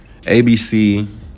ABC